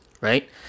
right